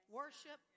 worship